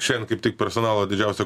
šiandien kaip tik personalo didžiausia